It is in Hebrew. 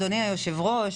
אדוני היושב-ראש,